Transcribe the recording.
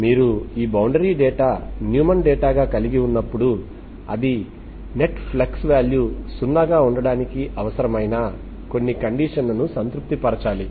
మీరు ఈ బౌండరీ డేటాను న్యూమాన్ డేటాగా కలిగి ఉన్నప్పుడు అది నెట్ ఫ్లక్స్ సున్నాగా ఉండటానికి అవసరమైన కొన్ని కండిషన్ లను సంతృప్తి పరచాలి